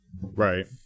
Right